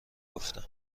گفتم